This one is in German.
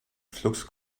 flux